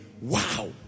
Wow